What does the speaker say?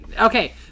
Okay